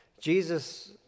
Jesus